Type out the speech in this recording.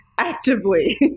actively